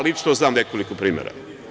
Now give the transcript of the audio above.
Lično znam nekoliko primera.